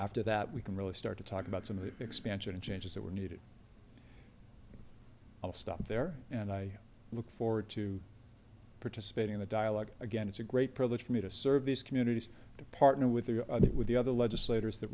after that we can really start to talk about some of the expansion and changes that were needed i'll stop there and i look forward to participating in the dialogue again it's a great privilege for me to serve these communities to partner with you with the other legislators t